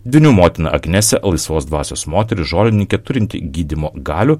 dvynių motina agnesė laisvos dvasios moteris žolininkė turinti gydymo galių